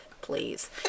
Please